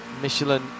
Michelin